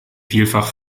vielfach